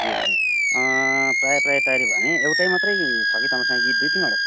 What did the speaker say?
ए हजुर प्रया प्राय तयारी भयो भने एउटै मात्रै छ कि तपाईँसँग गीत दुई तिनवटा छ